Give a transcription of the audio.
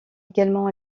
également